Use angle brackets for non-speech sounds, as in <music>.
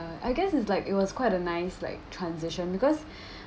uh I guess it's like it was quite a nice like transition because <breath>